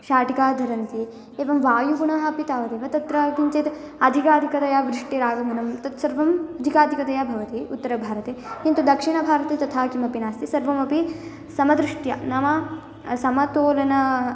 शाटिकां धरन्ति एवं वायुगुणः अपि तावदेव तत्र किञ्चिद् अधिकाधिकतया वृष्टिरागमनं तत्सर्वम् अधिकाधिकतया भवति उत्तरभारते किन्तु दक्षिणभारते तथा किमपि नास्ति सर्वमपि समदृष्ट्या नाम समतोलनं